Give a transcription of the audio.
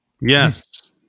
yes